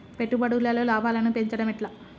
పెట్టుబడులలో లాభాలను పెంచడం ఎట్లా?